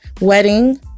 wedding